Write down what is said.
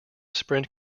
sprint